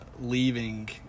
Leaving